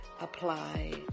apply